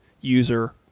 user